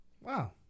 Wow